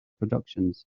productions